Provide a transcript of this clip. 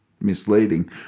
misleading